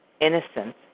innocent